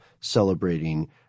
celebrating